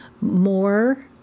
more